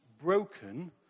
broken